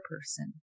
person